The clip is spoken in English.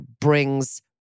brings